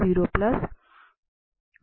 मिलेगा